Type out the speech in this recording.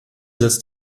setzt